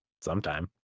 sometime